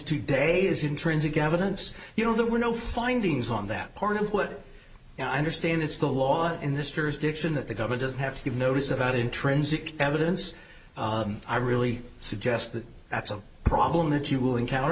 today is intrinsic evidence you know there were no findings on that part of what i understand it's the law in this jurisdiction that the government does have to give notice about intrinsic evidence i really suggest that that's a problem that you will encounter